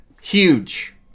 huge